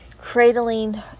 cradling